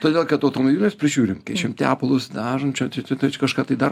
todėl kad automobilius prižiūrim keičiam tepalus dažom čia tiu tiu kažką tai dar